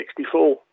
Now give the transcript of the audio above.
1964